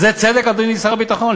זה צדק, אדוני שר הביטחון?